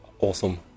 awesome